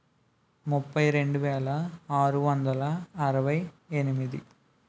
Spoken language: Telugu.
పన్నెండు నాలుగు రెండు వేల ఒకటి